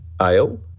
ale